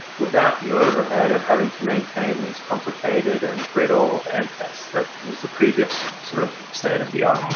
without the overhead of having to maintain these complicated and brittle and tests that was the previous sort of state of the art